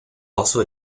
also